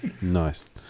Nice